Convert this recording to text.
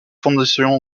fondations